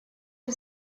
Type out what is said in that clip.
you